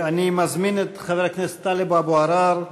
אני מזמין את חבר הכנסת טלב אבו עראר,